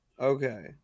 okay